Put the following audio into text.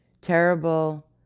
terrible